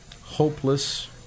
hopeless